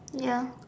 ya